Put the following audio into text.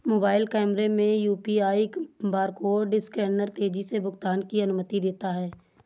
mobile कैमरे में UPI barcode scanner तेजी से भुगतान की अनुमति देता है